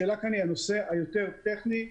השאלה היא הנושא היותר טכני,